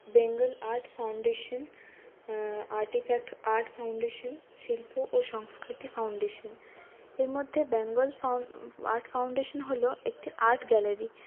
Bengal art foundation artifact art foundation শিল্প ও সংস্কৃতি ফাউন্ডেশান এর মধ্যে বেঙ্গল আর্ট ফাউন্ডেশন হলো একটি আর্ট গ্যালারি